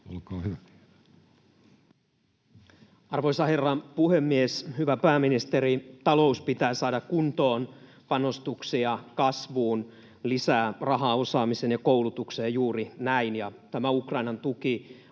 Content: Arvoisa herra puhemies, hyvä pääministeri! Talous pitää saada kuntoon, panostuksia kasvuun, lisää rahaa osaamiseen ja koulutukseen — juuri näin. Tämä Ukrainan tuki on